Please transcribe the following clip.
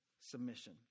submission